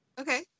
Okay